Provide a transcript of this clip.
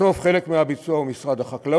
בסוף חלק מהביצוע הוא של משרד החקלאות,